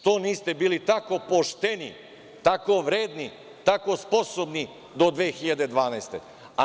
Što niste bili tako pošteni, tako vredni, tako sposobni do 2012. godine?